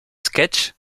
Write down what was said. sketches